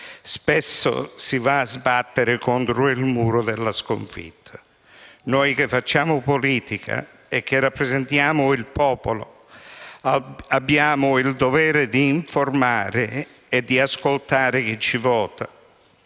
spesso si va a sbattere contro il muro della sconfitta. Noi che facciamo politica e che rappresentiamo il popolo abbiamo il dovere di informare e di ascoltare chi ci vota.